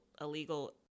illegal